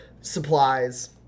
supplies